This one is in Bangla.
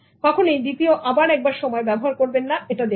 কখনোই দ্বিতীয় আবার একবার সময় ব্যবহার করবেন না এটা দেখতে